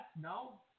no